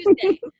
Tuesday